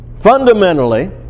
Fundamentally